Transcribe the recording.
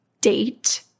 date